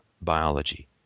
biology